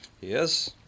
Yes